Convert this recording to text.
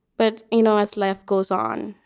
but, you know, as life goes on,